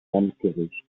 landgericht